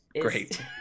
great